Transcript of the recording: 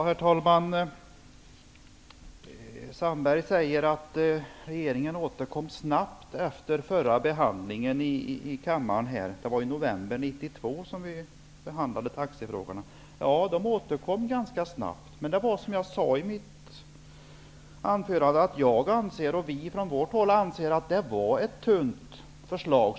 Herr talman! Jan Sandberg säger att regeringen återkom snabbt efter den förra behandlingen av taxifrågorna i kammaren i november 1992. Ja, regeringen återkom ganska snabbt. Men som jag sade i mitt anförande, anser vi att det var ett tunt förslag.